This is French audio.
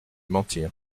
mentir